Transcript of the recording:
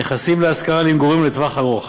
נכסים להשכרה למגורים לטווח ארוך,